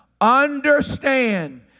understand